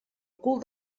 cul